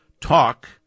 talk